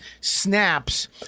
snaps